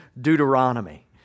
Deuteronomy